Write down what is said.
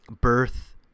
birth